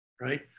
right